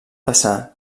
passar